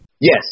Yes